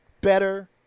better